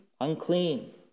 unclean